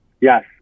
Yes